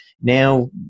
Now